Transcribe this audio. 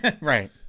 Right